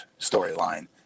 storyline